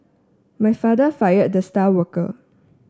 my father fired the star worker